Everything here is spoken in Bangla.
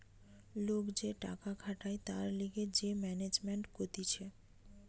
লোক যে টাকা খাটায় তার লিগে যে ম্যানেজমেন্ট কতিছে